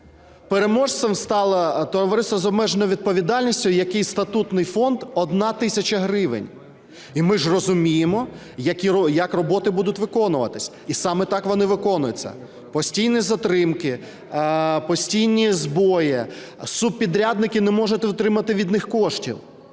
Переможцем стало товариство з обмеженою відповідальністю, у якого статутний фонд 1 тисяча гривень. І ми ж розуміємо, як роботи будуть виконуватися, і саме так вони виконуються: постійні затримки, постійні збої, субпідрядники не можуть отримати від них кошти.